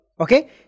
okay